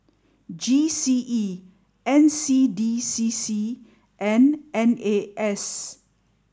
G C E N C D C C and N A S